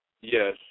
Yes